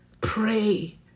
Pray